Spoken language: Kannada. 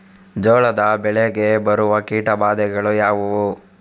ಜೋಳದ ಬೆಳೆಗೆ ಬರುವ ಕೀಟಬಾಧೆಗಳು ಯಾವುವು?